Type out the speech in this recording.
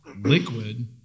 liquid